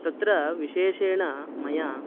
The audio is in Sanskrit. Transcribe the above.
तत्र विशेषेण मया